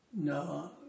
No